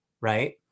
right